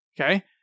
Okay